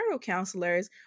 counselors